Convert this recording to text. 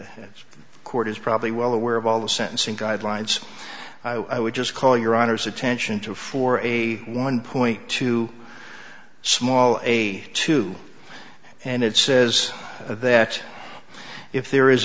the court is probably well aware of all the sentencing guidelines i would just call your honor's attention to for a one point two small a two and it says that if there is